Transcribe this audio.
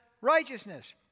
righteousness